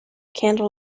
candle